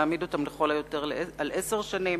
להעמיד אותם לכל היותר על עשר שנים.